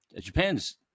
Japan's